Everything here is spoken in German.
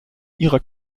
ihrer